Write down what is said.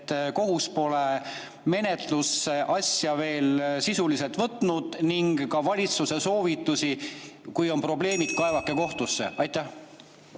et kohus pole menetlusasja [töösse] sisuliselt veel võtnud, ning ka valitsuse soovitusi: kui on probleemid, kaevake kohtusse? Aitäh,